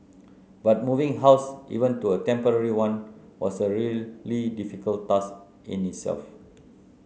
but moving house even to a temporary one was a really difficult task in itself